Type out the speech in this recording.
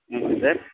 ம் okay sir